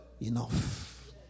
enough